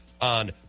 on